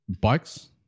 bikes